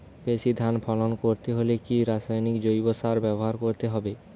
বেশি ধান ফলন করতে হলে কি রাসায়নিক জৈব সার ব্যবহার করতে হবে?